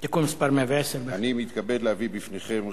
אני מתכבד להביא בפניכם,